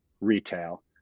retail